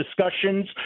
discussions